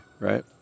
right